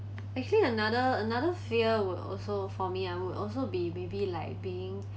actually another another fear would also for me I would also be may be like being